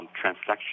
transaction